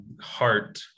heart